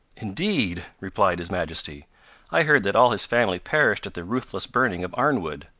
indeed! replied his majesty i heard that all his family perished at the ruthless burning of arnwood.